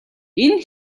энэ